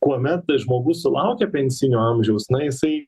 kuomet žmogus sulaukia pensijinio amžiaus na jisai